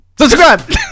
subscribe